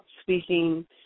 speaking